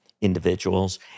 individuals